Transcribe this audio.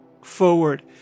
forward